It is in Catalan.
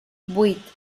vuit